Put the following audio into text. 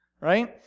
right